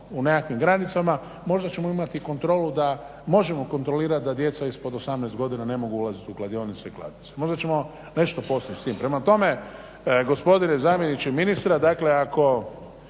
imati kontrolu da možemo kontrolirati da djeca ispod 18 godina ne mogu ulaziti u kladionice i kladiti se. Možda ćemo nešto postići s time. Prema tome, gospodine zamjeniče ministra, dakle ako